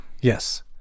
Yes